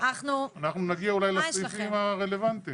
אנחנו נגיע אולי לסעיפים הרלוונטיים.